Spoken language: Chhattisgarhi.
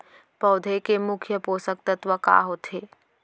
पौधे के मुख्य पोसक तत्व का होथे?